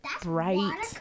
bright